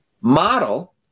model